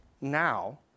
now